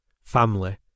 family